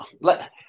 let